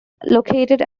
located